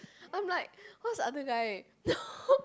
I'm like what's the other guy no